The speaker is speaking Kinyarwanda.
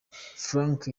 frank